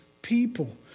People